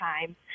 time